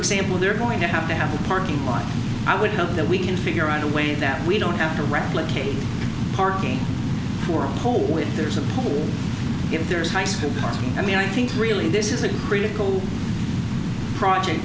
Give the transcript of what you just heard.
example they're going to have to have a parking lot i would hope that we can figure out a way that we don't have to replicate parking for the whole when there's a pool if there is high school parking and the i think really this is a critical project